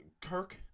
Kirk